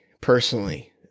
personally